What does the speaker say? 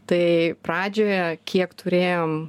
tai pradžioje kiek turėjom